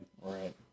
Right